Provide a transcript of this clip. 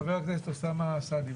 חבר הכנסת אוסאמה סעדי,